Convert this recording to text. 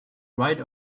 right